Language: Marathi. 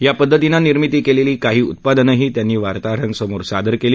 या पद्धतीनं निर्मिती कविद्यी काही उत्पादनंही त्यांनी वार्ताहरांसमोर सादर क्ली